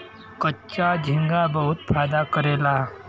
कच्चा झींगा बहुत फायदा करेला